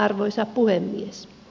arvoisa puhemies